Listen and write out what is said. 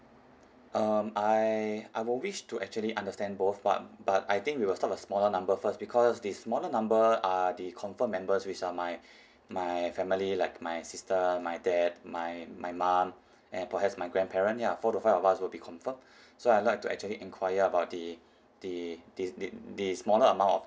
um I I will wish to actually understand both but but I think we will start with a smaller number first because this smaller number are the confirmed members which are my my family like my sister my dad my my mum and perhaps my grandparent ya four to five of us will be confirmed so I'd like to actually enquire about the the this the the smaller amount of